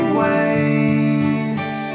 waves